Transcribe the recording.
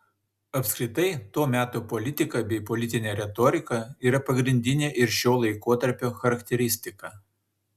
apskritai to meto politika bei politinė retorika yra pagrindinė ir šio laikotarpio charakteristika